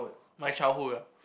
my childhood ah